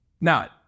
Now